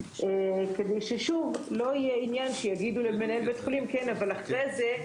כדי ששוב לא יהיה עניין שיגידו למנהל בית חולים: אבל אחרי זה,